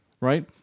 right